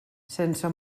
sense